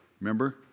Remember